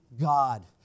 God